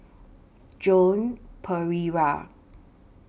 Joan Pereira